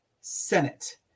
Senate